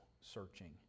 searching